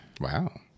Wow